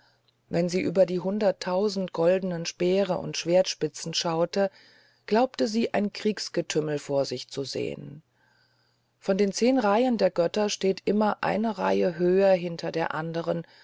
wenn sie über die hunderttausend goldenen speere und schwertspitzen schaute glaubte sie ein kriegsgetümmel vor sich zu sehen von den zehn reihen der götter steht immer eine reihe höher hinter der andern